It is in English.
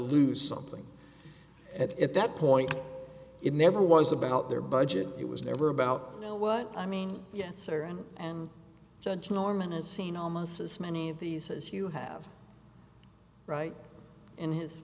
lose something at that point it never was about their budget it was never about you know what i mean yes or and and judge norman has seen almost as many of these as you have right in his